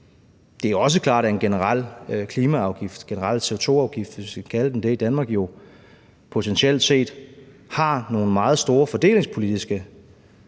Det er også klart, at en generel klimaafgift, en generel CO2-afgift, hvis vi kan kalde den det, i Danmark jo potentielt set har nogle meget store fordelingspolitiske